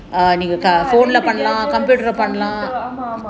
ஆமா ஆமா:aamaa aamaa